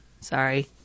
sorry